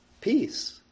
peace